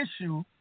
issue